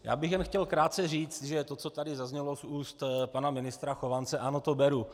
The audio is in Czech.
Já bych jen chtěl krátce říct, že to, co tady zaznělo z úst pana ministra Chovance, ano, to beru.